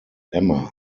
emma